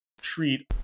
treat